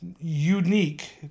unique